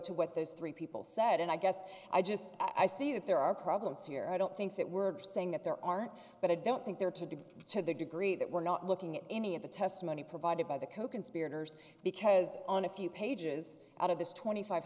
to what those three people said and i guess i just i see that there are problems here i don't think that we're saying that there aren't but i don't think they're to do to the degree that we're not looking at any of the testimony provided by the coconspirators because on a few pages out of this twenty five